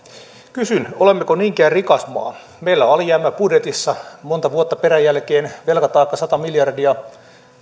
kysyn olemmeko niinkään rikas maa meillä on alijäämä budjetissa monta vuotta peräjälkeen velkataakka sata miljardia